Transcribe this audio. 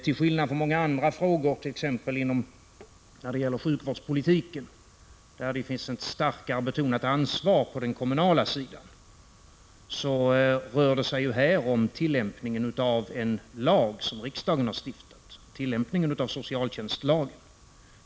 Till skillnad från många andra frågor, t.ex. när det gäller sjukvårdspolitiken, där det finns ett starkare betonat ansvar på den kommunala sidan, rör det sig här om tillämpningen av en lag som riksdagen har stiftat, nämligen socialtjänstlagen.